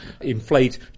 inflate